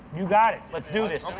you got it. let's do this.